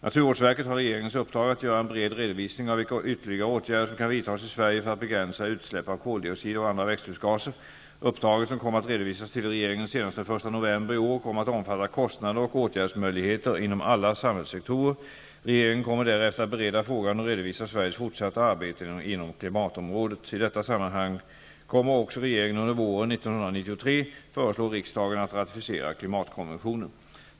Naturvårdsverket har regeringens uppdrag att göra en bred redovisning av vilka ytterligare åtgärder som kan vidtas i Sverige för att begränsa utsläpp av koldioxid och andra växthusgaser. Uppdraget som kommer att redovisas till regeringen senast den 1 november i år kommer att omfatta kostnader och åtgärdsmöjligheter inom alla samhällssektorer. Regeringen kommer därefter att bereda frågan och redovisa Sveriges fortsatta arbete inom klimatområdet. I detta sammanhang kommer också regeringen under våren 1993 att föreslå riksdagen att ratificera klimatkonventionen.